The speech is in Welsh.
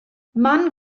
man